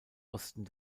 osten